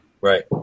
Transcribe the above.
Right